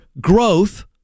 growth